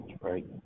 Right